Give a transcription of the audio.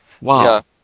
Wow